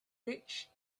rich